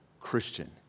Christian